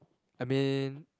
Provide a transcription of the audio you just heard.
I mean